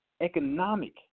economic